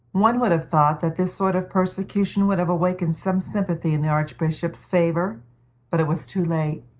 one would have thought that this sort of persecution would have awakened some sympathy in the archbishop's favor but it was too late.